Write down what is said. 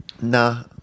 Nah